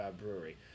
brewery